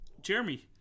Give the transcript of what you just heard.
Jeremy